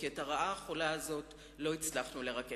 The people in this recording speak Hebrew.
כי את הרעה החולה הזאת לא הצלחנו לרכך.